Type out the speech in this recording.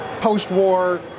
post-war